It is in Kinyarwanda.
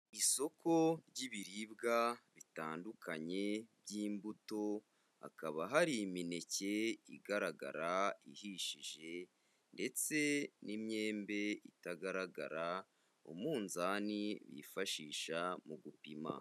Isoko ry'ibiribwa bitandukanye by'imbuto, hakaba hari imineke igaragara ihishije, ndetse n'imyembe itagaragara, umunzani bifashisha mu gupima.